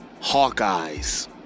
hawkeyes